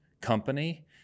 company